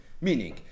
Meaning